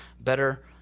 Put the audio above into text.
better